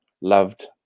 loved